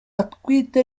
atwite